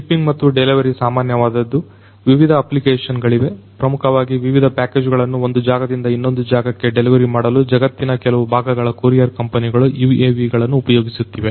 shipping ಮತ್ತು delivery ಸಾಮಾನ್ಯವಾದದ್ದು ವಿವಿಧ ಅಪ್ಲಿಕೇಶನ್ ಗಳಿವೆ ಪ್ರಮುಖವಾಗಿ ವಿವಿಧ ಪ್ಯಾಕೇಜುಗಳನ್ನು ಒಂದು ಜಾಗದಿಂದ ಇನ್ನೊಂದು ಜಾಗಕ್ಕೆ ಡೆಲಿವರಿ ಮಾಡಲು ಜಗತ್ತಿನ ಕೆಲವು ಭಾಗಗಳ ಕೋರಿಯರ್ ಕಂಪನಿಗಳು UAV ಗಳನ್ನು ಉಪಯೋಗಿಸುತ್ತಿವೆ